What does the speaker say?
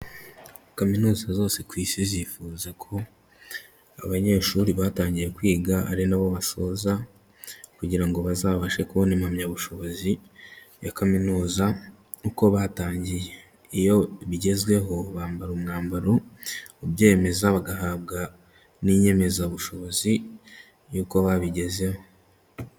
Kaminuza zose ku Isi zifuza ko abanyeshuri batangiye kwiga ari nabo basoza, kugira bazabashe kubona impamyabushobozi ya kaminuza uko batangiye, iyo bigezweho bambara umwambaro ubyemeza, bagahabwa n'inyemezabushobozi y'uko babigezeho.